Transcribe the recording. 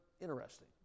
interesting